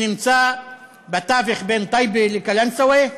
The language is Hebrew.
שנמצא בתווך בין טייבה לקלנסואה,